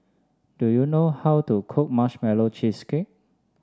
do you know how to cook Marshmallow Cheesecake